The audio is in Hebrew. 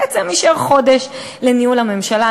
בעצם יישאר חודש לניהול הממשלה.